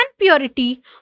purity